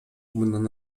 мындан